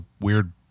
weird